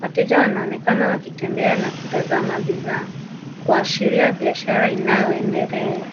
Wateja wanaonekana wakitembea na kutazama bidhaa kuashiria biashara inayoendelea.